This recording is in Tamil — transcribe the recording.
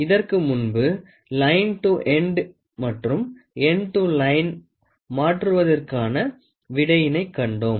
இதற்கு முன்பு லைன் டு எண்டு மற்றும் எண்டு டு லைன் மாற்றுவதிற்கான விடையினைக் கண்டோம்